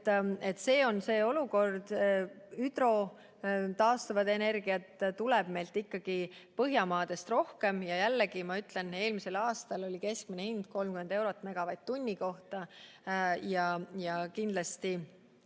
See on see olukord. Taastuvat hüdroenergiat tuleb meile ikkagi Põhjamaadest rohkem ja jällegi ma ütlen, et eelmisel aastal oli keskmine hind 30 eurot megavatt-tunni kohta. Kindlasti